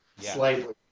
slightly